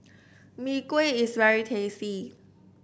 Mee Kuah is very tasty